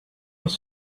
was